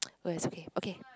no it's okay okay